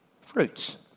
Fruits